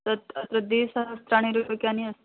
तत् द्विसहस्राणि रूप्यकाणि अस्ति